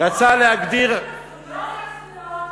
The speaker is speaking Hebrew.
רצה להגדיר, הזויות?